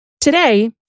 Today